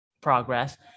progress